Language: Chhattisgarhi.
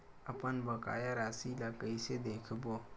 अपन बकाया राशि ला कइसे देखबो?